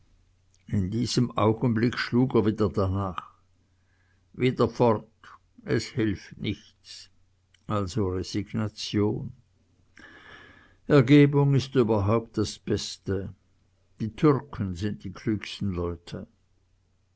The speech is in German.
in diesem augenblicke schlug er wieder danach wieder fort es hilft nichts also resignation ergebung ist überhaupt das beste die türken sind die klügsten leute